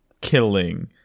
killing